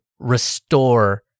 restore